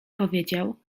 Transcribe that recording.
powiedział